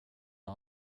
har